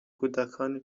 کودکانی